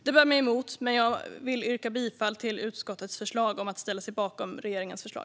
Det bär mig emot, men jag vill yrka bifall till utskottets förslag om att ställa sig bakom regeringens förslag.